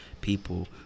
people